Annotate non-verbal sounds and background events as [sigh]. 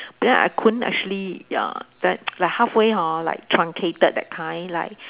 but then I couldn't actually ya like [noise] like halfway hor like truncated that kind like